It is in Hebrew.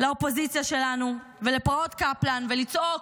לאופוזיציה שלנו ולפורעות קפלן ולצעוק: